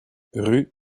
rue